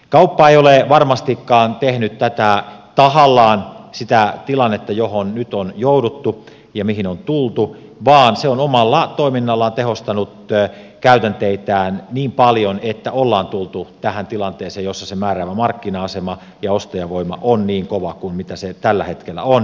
kauppa ei ole varmastikaan tehnyt tahallaan sitä tilannetta johon nyt on jouduttu ja mihin on tultu vaan se on omalla toiminnallaan tehostanut käytänteitään niin paljon että ollaan tultu tähän tilanteeseen jossa se määräävä markkina asema ja ostajavoima on niin kova kuin mitä se tällä hetkellä on